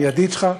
אני ידיד שלך.